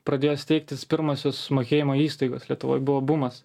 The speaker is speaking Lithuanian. pradėjo steigtis pirmosios mokėjimo įstaigos lietuvoj buvo bumas